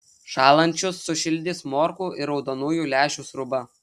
šąlančius sušildys morkų ir raudonųjų lęšių sriuba